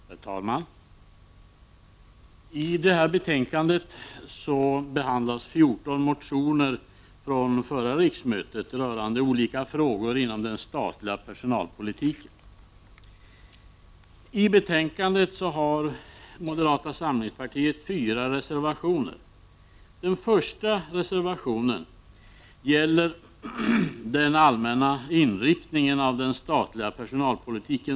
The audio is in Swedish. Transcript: Herr talman! I detta betänkande behandlas 14 motioner från förra riksmötet rörande olika frågor inom den statliga personalpolitiken. Till betänkandet har moderata samlingspartiet fogat 4 reservationer. Den första reservationen handlar om den allmänna inriktningen av den statliga personalpolitiken.